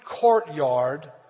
courtyard